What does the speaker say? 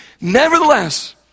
Nevertheless